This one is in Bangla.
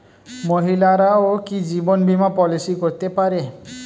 মহিলারাও কি জীবন বীমা পলিসি করতে পারে?